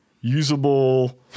usable